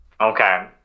Okay